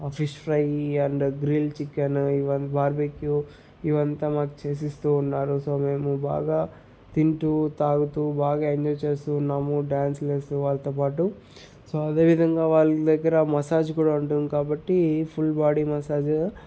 ఆ fish fry and grill chicken ఇవి barbecue ఇవంతా మాకు చేసిస్తూ ఉన్నారు సో మేము బాగా తింటూ తాగుతూ బాగా ఎంజాయ్ చేస్తూ ఉన్నాము డ్యాన్స్లేస్తూ వాళ్ళతో పాటు సో అదేవిధంగా వాళ్ళ దగ్గర మసాజ్ కూడా ఉంటుంది కాబట్టి ఫుల్ బాడీ మసాజు